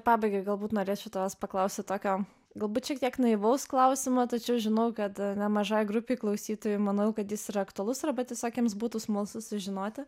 pabaigai galbūt norėčiau tavęs paklausti tokio galbūt šiek tiek naivaus klausimo tačiau žinau kad nemažai grupei klausytojų manau kad jis ir aktualus arba tiesiog jiems būtų smalsu sužinoti